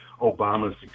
Obama's